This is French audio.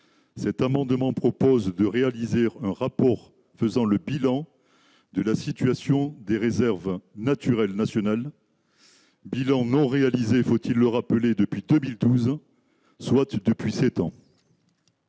cet amendement propose de réaliser un rapport faisant le bilan de la situation des réserves naturelles nationales bilan non réalisé, faut-il le rappeler, depuis 2012, soit depuis 7 ans.